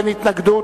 אין התנגדות,